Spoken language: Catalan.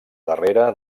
darrere